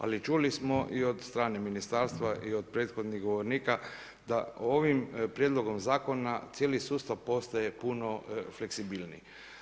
Ali čuli smo i od strane ministarstva i od prethodnih govornika da ovim prijedlogom zakona cijeli sustav postaje puno fleksibilniji.